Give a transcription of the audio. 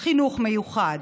החינוך המיוחד.